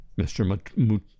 Mr